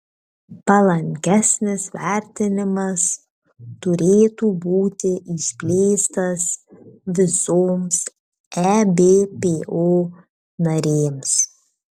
palankesnis vertinimas turėtų būti išplėstas visoms ebpo narėms